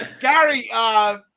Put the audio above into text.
Gary